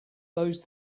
those